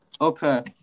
okay